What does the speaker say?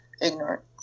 ignorant